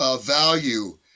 value